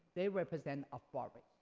they represent a forest.